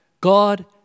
God